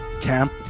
camp